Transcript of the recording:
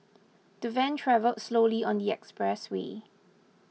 the van travelled slowly on the expressway